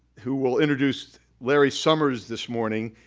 who will introduce larry summers this morning.